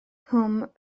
nghwm